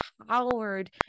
empowered